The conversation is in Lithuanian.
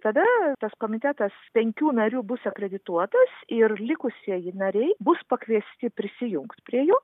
tada tas komitetas penkių narių bus akredituotas ir likusieji nariai bus pakviesti prisijungt prie jo